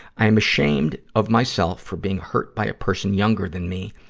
i'm ashamed of myself for being hurt by a person younger than me,